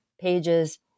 pages